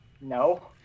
No